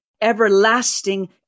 everlasting